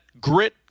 grit